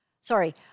Sorry